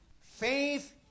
Faith